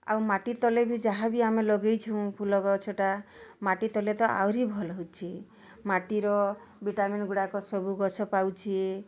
ଆଉ ମାଟି ତଲେ ବି ଯାହା ବି ଆମେ ଲଗେଇଛୁଁ ଫୁଲଗଛଟା ମାଟି ତଲେ ତ ଆହୁରି ଭଲ୍ ହଉଛି ମାଟିର ଭିଟାମିନ୍ଗୁଡ଼ାକ ସବୁ ଗଛ ପାଉଛି